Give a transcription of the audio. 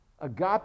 Agape